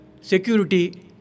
Security